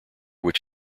which